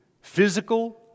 physical